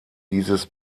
dieses